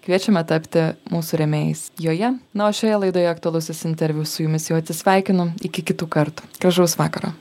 kviečiame tapti mūsų rėmėjais joje na o šioje laidoje aktualusis interviu su jumis jau atsisveikinu iki kitų kartų gražaus vakaro